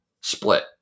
split